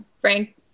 Frank